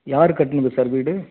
யார் கட்டுனது சார் வீடு